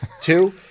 Two